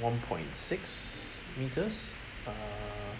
one point six meters err